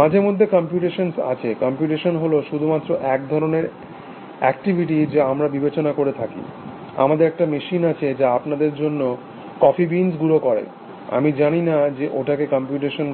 মাঝেমধ্যে কম্পিউটেশন আছে কম্পিউটেশন হল শুধুমাত্র এক ধরণের অ্যাক্টিভিটি যা আমরা বিবেচনা করে থাকি আমাদের একটা মেশিন আছে যা আপনাদের জন্য কফি বিনস গুঁড়ো করে আমি জানি না যে ওটা কম্পিউটেশন করছে